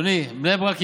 אדוני, בני ברק ירוקה.